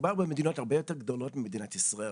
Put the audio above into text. מדובר במדינות הרבה יותר גדולות ממדינת ישראל.